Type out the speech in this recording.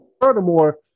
furthermore